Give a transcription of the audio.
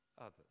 others